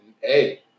hey